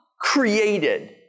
created